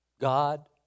God